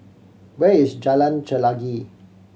where is Jalan Chelagi